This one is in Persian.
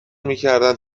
میکردند